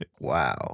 wow